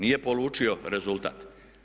Nije polučio rezultat.